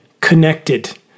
connected